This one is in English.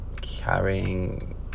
carrying